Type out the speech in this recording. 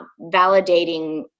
validating